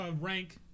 rank